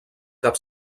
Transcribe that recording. cap